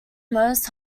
most